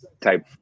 type